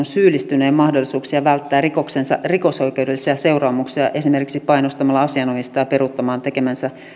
syyllistyneen mahdollisuuksia välttää rikosoikeudellisia seuraamuksia esimerkiksi painostamalla asianomistajaa peruuttamaan tekemänsä